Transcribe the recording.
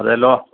അതേ അല്ലോ